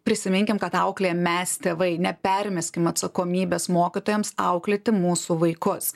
prisiminkim kad auklėjam mes tėvai nepermeskim atsakomybės mokytojams auklėti mūsų vaikus